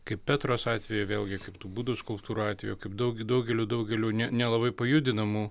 kaip petros atveju vėlgi kaip tų budų skulptūrų atveju kaip daug daugeliu daugeliu ne nelabai pajudinamų